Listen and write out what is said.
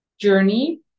journey